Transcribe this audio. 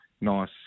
nice